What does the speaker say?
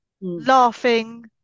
laughing